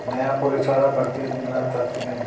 नया पुलिस वारा भर्ती न था थियणु